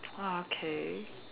okay